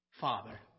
Father